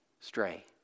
stray